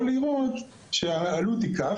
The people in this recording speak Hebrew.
או ללמוד שהעלות היא כך,